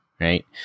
right